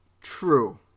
True